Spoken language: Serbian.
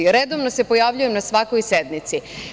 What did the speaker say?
Redovno se pojavljujem na svakoj sednici.